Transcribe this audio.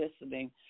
listening